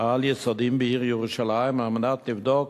העל-יסודיים בעיר ירושלים, על מנת לבדוק